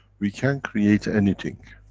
we can create anything,